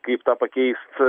kaip tą pakeist